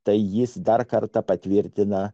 tai jis dar kartą patvirtina